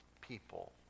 people